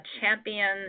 Champions